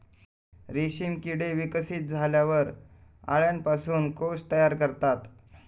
रेशीम किडे विकसित झाल्यावर अळ्यांपासून कोश तयार करतात